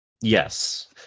Yes